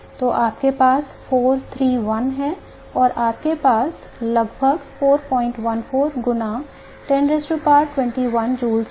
तो आपके पास 4 3 1 है और फिर आपके पास लगभग 414 गुना 10 21 joules है